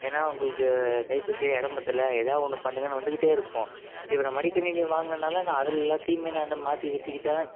ஏன்னா உங்களுக்கு கைபேசி இடம் பத்தல எதா ஒன்று பண்ணுங்கன்னு வந்துக்கிட்டே இருக்கும் இப்போ நான் மடிக்கணினி வாங்கினதுனால நான் அது எல்லாத்தையும் நான் மாற்றி வச்சிக்கிட்டேன்